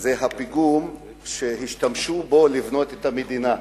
זה הפיגום שהשתמשו בו לבנות את המדינה.